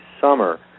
summer